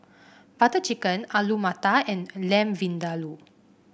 Butter Chicken Alu Matar and Lamb Vindaloo